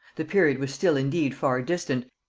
the period was still indeed far distant,